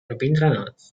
rabindranath